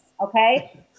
okay